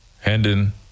Hendon